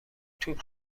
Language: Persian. توپ